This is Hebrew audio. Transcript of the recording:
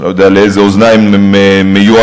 אני לא יודע לאילו אוזניים הן מיועדות,